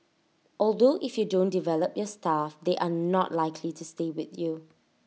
although if you don't develop your staff they are not likely to stay with you